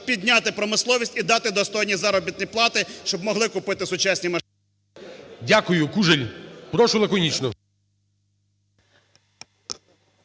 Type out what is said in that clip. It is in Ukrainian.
підняти промисловість і дати достойні заробітні плати, щоб могли купити сучасні машини. ГОЛОВУЮЧИЙ. Дякую. Кужель, прошу лаконічно.